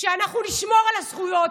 שאנחנו נשמור על הזכויות,